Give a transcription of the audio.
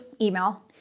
email